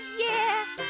yeah,